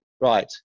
right